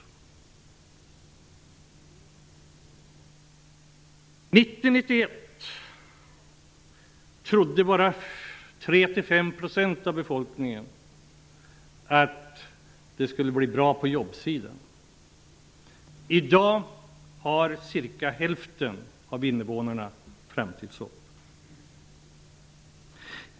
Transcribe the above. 1990--1991 trodde bara 3-5 % av befolkningen att det skulle bli bra på jobbsidan. I dag har cirka hälften av invånarna framtidshopp.